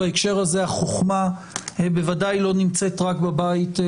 בהקשר הזה החכמה בוודאי לא נמצאת רק בבית הזה.